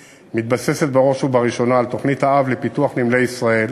מתבססת בראש ובראשונה על תוכנית האב לפיתוח נמלי ישראל